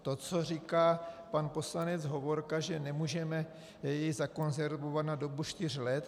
To, co říká pan poslanec Hovorka, že jej nemůžeme zakonzervovat na dobu čtyř let...